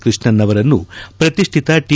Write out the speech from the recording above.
ಕೃಷ್ಣನ್ ಅವರನ್ನು ಪ್ರತಿಷ್ಠಿತ ಟಿ